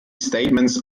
statements